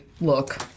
look